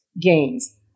gains